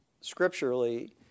scripturally